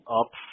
up